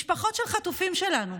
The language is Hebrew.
משפחות של חטופים שלנו.